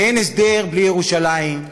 ואין הסדר בלי ירושלים,